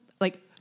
like-